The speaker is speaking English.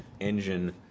engine